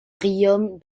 riom